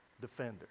defender